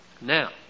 Now